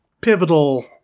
pivotal